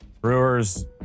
Brewers